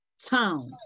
town